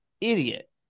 idiot